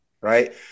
right